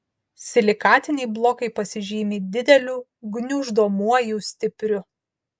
silikatiniai blokai pasižymi dideliu gniuždomuoju stipriu